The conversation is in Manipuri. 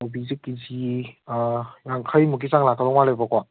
ꯀꯣꯕꯤꯁꯦ ꯀꯦ ꯖꯤ ꯌꯥꯡꯈꯩꯃꯨꯛꯀꯤ ꯆꯥꯡ ꯂꯥꯛꯀꯗꯧꯕ ꯃꯥꯜꯂꯦꯕꯀꯣ